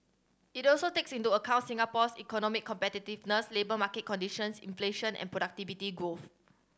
it also takes into account Singapore's economic competitiveness labour market conditions inflation and productivity growth